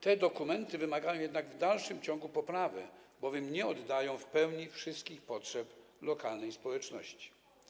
Te dokumenty wymagają jednak w dalszym ciągu poprawy, nie oddają bowiem w pełni wszystkich potrzeb lokalnych społeczności.